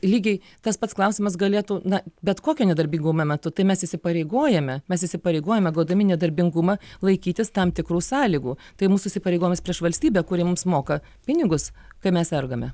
lygiai tas pats klausimas galėtų na bet kokio nedarbingumo metu tai mes įsipareigojame mes įsipareigojame gaudami nedarbingumą laikytis tam tikrų sąlygų tai mūsų įsipareigojimas prieš valstybę kuri mums moka pinigus kai mes sergame